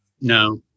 No